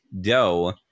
dough